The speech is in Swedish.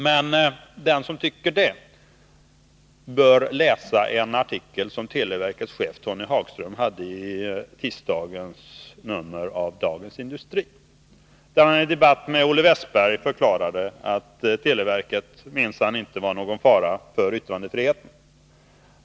Men den som tycker det bör läsa en artikel av televerkets chef Tony Hagström i tisdagens nummer av Dagens Industri. Där förklarade han i debatt med Olle Wästberg att televerket minsann inte var någon fara för yttrandefriheten.